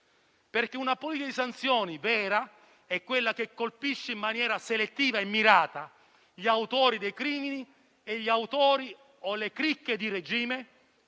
vera politica di sanzioni è quella che colpisce in maniera selettiva e mirata gli autori dei crimini e gli autori o le cricche di regime.